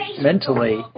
mentally